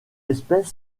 espèce